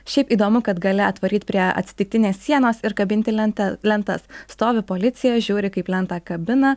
šiaip įdomu kad gali atvaryt prie atsitiktinės sienos ir kabinti lentą lentas stovi policija žiūri kaip lentą kabina